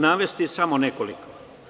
Navešću samo nekoliko.